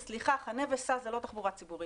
וסליחה, חנה וסע זה לא תחבורה ציבורית.